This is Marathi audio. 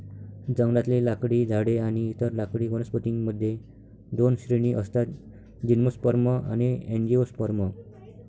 जंगलातले लाकडी झाडे आणि इतर लाकडी वनस्पतीं मध्ये दोन श्रेणी असतातः जिम्नोस्पर्म आणि अँजिओस्पर्म